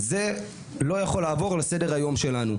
זה לא יכול לעבור לסדר-היום שלנו.